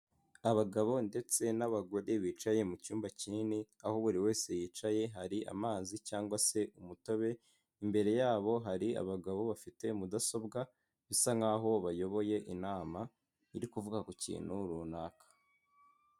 Abagabo ndetse n'abagore bicaye mu cyumba kinini, aho buri wese yicaye hari amazi cyangwa se umutobe, imbere yabo hari abagabo bafite mudasobwa bisa nkaho bayoboye inama irivuga ku kintu runaka.